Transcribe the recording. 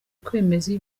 kwemeza